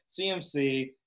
CMC